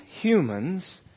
humans